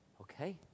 Okay